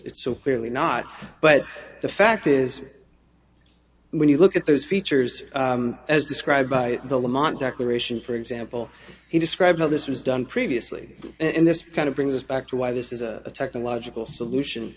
it's so clearly not but the fact is when you look at those features as described by the lamont declaration for example he described how this was done previously and this kind of brings us back to why this is a technological solution